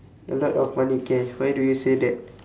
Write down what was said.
a lot of money K why do you say that